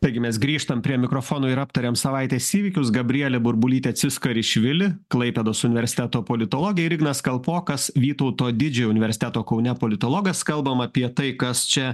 taigi mes grįžtame prie mikrofono ir aptariame savaitės įvykius gabrielė burbulytėtsiskarishvili klaipėdos universiteto politologė ir ignas kalpokas vytauto didžiojo universiteto kaune politologas kalbame apie tai kas čia